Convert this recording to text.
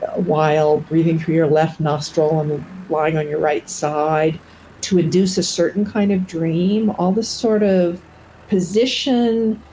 ah while breathing through your left nostril, and lying on your right side to induce a certain kind of dream. all this sort of position,